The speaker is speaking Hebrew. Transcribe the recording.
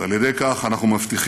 ועל ידי כך אנו מבטיחים